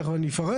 תיכף אני אפרט.